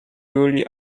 duly